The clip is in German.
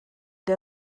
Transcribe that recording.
der